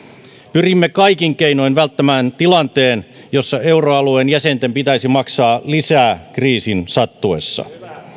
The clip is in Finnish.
pyrimme kaikin keinoin välttämään tilanteen jossa euroalueen jäsenten pitäisi maksaa lisää kriisin sattuessa